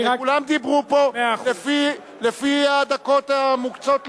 כולם דיברו פה לפי הדקות המוקצות להם.